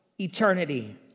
eternity